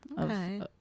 okay